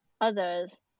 others